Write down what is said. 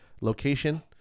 location